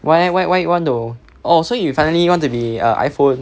why leh why why why you want to oh so you finally want to be a iphone